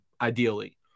ideally